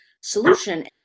solution